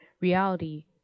reality